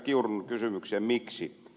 kiurun kysymykseen miksi